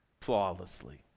flawlessly